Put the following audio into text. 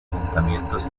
asentamientos